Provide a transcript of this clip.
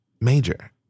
Major